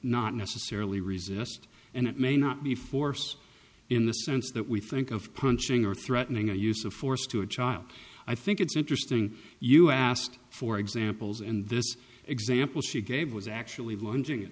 not necessarily resist and it may not be force in the sense that we think of punching or threatening a use of force to a child i think it's interesting you asked for examples and this example she gave was actually lunging